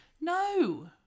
no